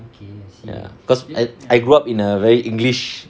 ya cause I I grew up in a very english